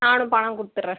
நானும் பணம் கொடுத்துட்றேன்